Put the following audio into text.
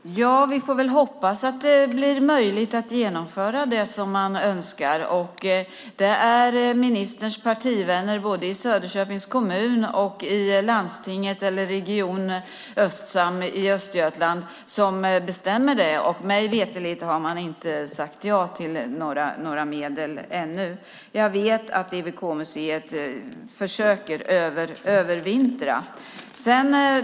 Herr talman! Vi får väl hoppas att det blir möjligt att genomföra det som man önskar. Det är ministerns partivänner i Söderköpings kommun och i Region Östsam i Östergötland som bestämmer det. Mig veterligt har man inte sagt ja till några medel ännu. Jag vet att EWK-museet försöker övervintra.